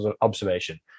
observation